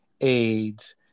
AIDS